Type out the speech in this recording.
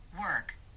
work